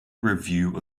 review